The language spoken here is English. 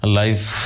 life